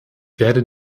werde